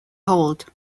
hold